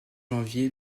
janvier